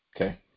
Okay